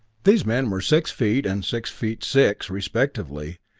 these men were six feet and six feet six, respectively,